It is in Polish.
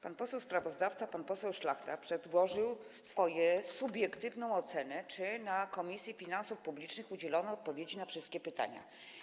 Pan poseł sprawozdawca, pan poseł Szlachta, przedłożył swoją subiektywną ocenę co do tego, czy w Komisji Finansów Publicznych udzielono odpowiedzi na wszystkie pytania.